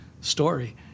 story